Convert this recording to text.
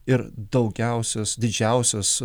ir daugiausias didžiausias